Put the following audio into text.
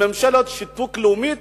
ממשלת שיתוק לאומי,